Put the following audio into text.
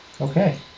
Okay